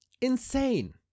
insane